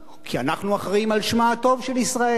כי אנחנו אחראים לשמה הטוב של ישראל.